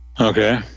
Okay